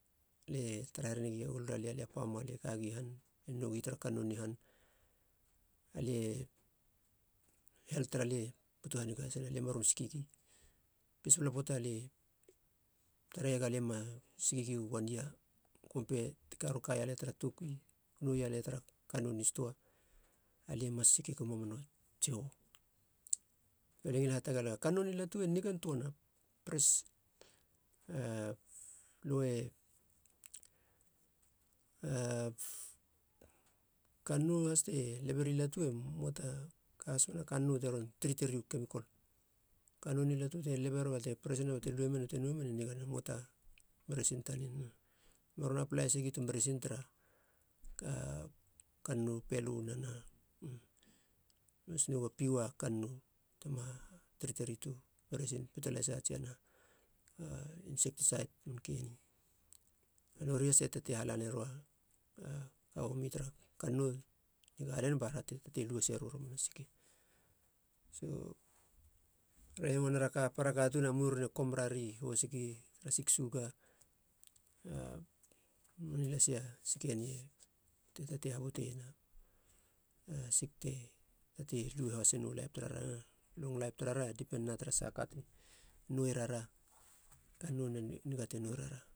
Lie tara here gia alia lia pama, alie kagi han lie nou gi tara kannou ni han, alie helt tara lia butu haniga hasina, lie ma ron siki gi, pes pels poata lie tareiega lie ma siki gi wan ia kompe ti ron kaia lia tara tokui ti noulia tara kannou ni stoa, a lie mas siki ga mamana tsihou. so lie ngilin hatagalega kannou ni latu e nigan töana, pres a lue kannou hase leberi latu e moata mena kannou te ron trete riu kemikol, kannou ni latu te lebeier bate lue men bate nouemen, nonei te nigana, moata meresin tanen. Ma ron aplai hasegi tu marasin tara kannou, pelö na naha, lie mas nouga panna kannou tema triteri tu meresin petalaisa tsia naha a insektasait, nori hase tatei hala nario a ka omi. Tara kannou i gaden bara te tatei lu hasero nonei a siki, so re hengo nera ka para katuun a mou ren e kom rari i hosiki tara sik suka a nonei lasi a sike ni te tatei habute iena a sik te tatei lu hasenu laip tarara, long laip tarara depen na tara sahaka te noueierara, kannou a niga te nourara.